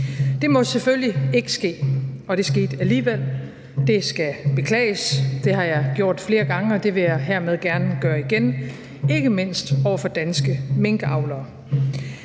Det må selvfølgelig ikke ske, og det skete alligevel. Det skal beklages, og det har jeg gjort flere gange, og det vil jeg hermed gerne gøre igen, ikke mindst over for danske minkavlere.